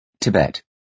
Tibet